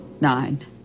Nine